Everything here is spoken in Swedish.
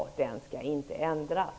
Den skall inte ändras.